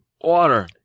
Water